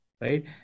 Right